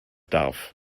darf